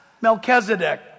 Melchizedek